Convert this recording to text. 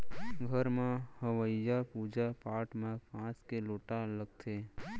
घर म होवइया पूजा पाठ म कांस के लोटा लागथे